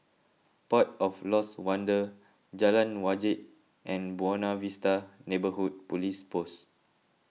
Port of Lost Wonder Jalan Wajek and Buona Vista Neighbourhood Police Post